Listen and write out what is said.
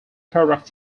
product